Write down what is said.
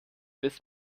bis